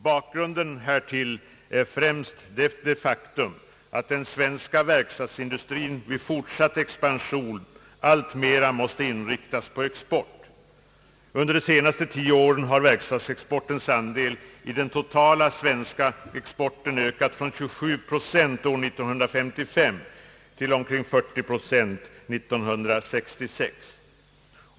Bakgrunden härtill är främst det faktum att den svenska verkstadsindustrin vid fortsatt expansion alltmer inriktas på export. Under de senaste tio åren har verkstadsindustrins andel i den totala svenska exporten ökat från 27 procent år 1955 till omkring 40 procent.